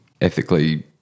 ethically